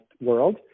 world